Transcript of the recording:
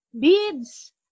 beads